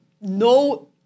no